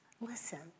Listen